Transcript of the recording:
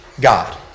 God